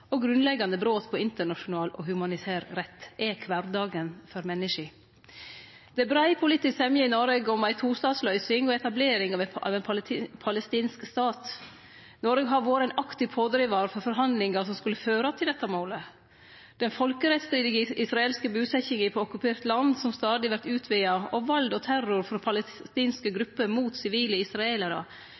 og grunnleggjande brot på internasjonal og humanitær rett er kvardagen for menneska. Det er brei politisk semje i Noreg om ei tostatsløysing og etablering av ein palestinsk stat. Noreg har vore ein aktiv pådrivar for forhandlingar som skulle føre til dette målet. Den folkerettsstridige israelske busetjinga på okkupert land som stadig vert utvida, og vald og terror frå palestinske grupper mot sivile israelarar